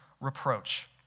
reproach